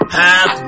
half